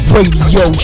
Radio